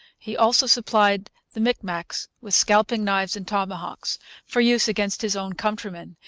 he also supplied the micmacs with scalping-knives and tomahawks for use against his own countrymen.